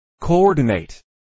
Coordinate